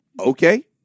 okay